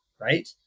right